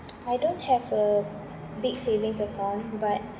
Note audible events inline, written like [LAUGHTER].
[NOISE] I don't have a big savings account but